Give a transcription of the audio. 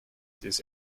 this